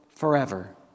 Forever